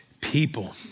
people